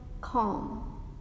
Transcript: calm